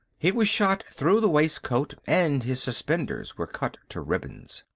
he was shot through the waistcoat and his suspenders were cut to ribbons.